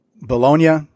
Bologna